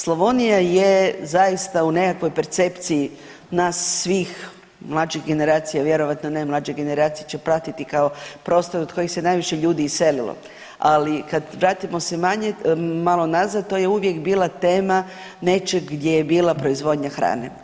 Slavonija je zaista u nekakvoj percepciji nas svih mlađih generacija vjerojatno ne, mlađe generacije će pratiti kao prostor od kojih se najviše ljudi iselilo, ali kad vratimo se manje, malo nazad to je uvijek bila tema nečeg gdje je bila proizvodnja hrane.